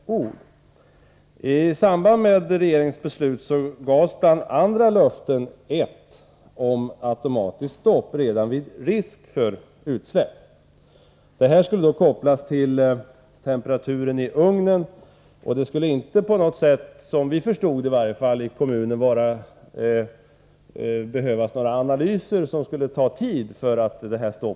I samband med regeringens beslut gavs bland andra löften ett om automatiskt stopp redan vid risk för utsläpp. Det automatiska stoppet skulle kopplas till temperaturen i ugnen, och man skulle inte, såvitt vi i kommunen förstod det, behöva göra några analyser som tar tid innan ett stopp kan ske.